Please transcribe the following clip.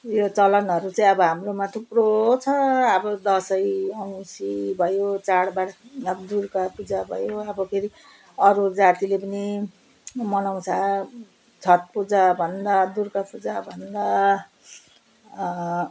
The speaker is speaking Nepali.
यो चलनहरू चाहिँ अब हाम्रोमा थुप्रो छ अब दसैँ औँसी भयो चाडबाड अब दुर्गापूजा भयो अब फेरि अरू जातिले पनि मनाउँछ छठपूजा भन्दा दुर्गापूजा भन्दा